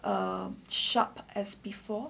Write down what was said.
as sharp as before